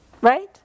Right